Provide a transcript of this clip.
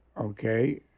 okay